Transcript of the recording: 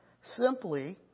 simply